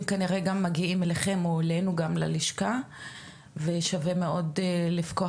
כנראה גם מגיעים אליכם או אלינו ללשכה ושווה מאוד לפקוח